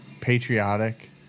patriotic